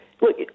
Look